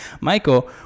Michael